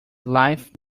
life